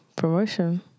Promotion